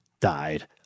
died